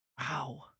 Wow